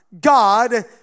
God